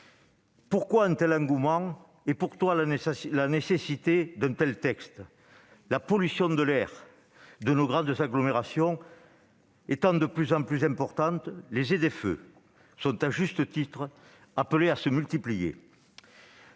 Pourquoi un tel engouement et pourquoi la nécessité d'un tel texte ? La pollution de l'air de nos grandes agglomérations étant de plus en plus importante, les ZFE sont à juste titre appelées à se multiplier.